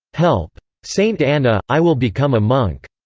help! saint anna, i will become a monk!